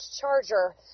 Charger